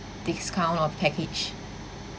discount or package